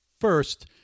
First